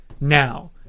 now